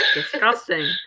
Disgusting